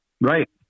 Right